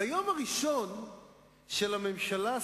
ביום הראשון של הממשלה,